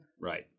Right